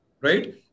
Right